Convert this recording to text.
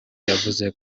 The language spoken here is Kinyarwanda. yavuze